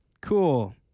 cool